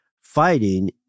fighting